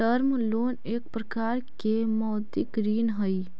term loan एक प्रकार के मौदृक ऋण हई